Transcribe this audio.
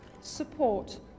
support